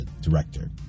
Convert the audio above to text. director